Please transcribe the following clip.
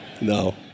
No